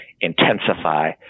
intensify